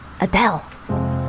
Adele